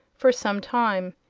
for some time.